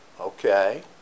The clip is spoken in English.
Okay